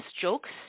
jokes